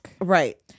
Right